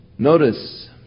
Notice